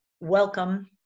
welcome